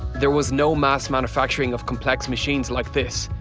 there was no mass manufacturing of complex machines like this.